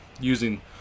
using